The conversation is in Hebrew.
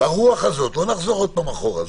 לא נחזור עוד פעם אחורה.